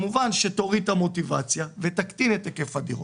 למעשה ההקשחה הזאת כמובן שתוריד את המוטיבציה ותקטין את היקף הדירות.